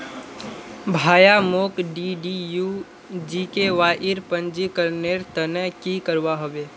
भाया, मोक डीडीयू जीकेवाईर पंजीकरनेर त न की करवा ह बे